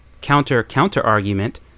Counter-counter-argument